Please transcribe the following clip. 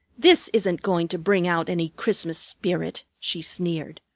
this isn't going to bring out any christmas spirit, she sneered.